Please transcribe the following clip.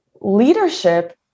leadership